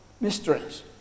Mysteries